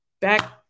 back